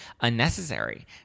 unnecessary